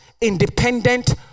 independent